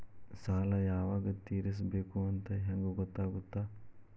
ಸಾಲ ಯಾವಾಗ ತೇರಿಸಬೇಕು ಅಂತ ಹೆಂಗ್ ಗೊತ್ತಾಗುತ್ತಾ?